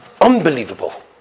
unbelievable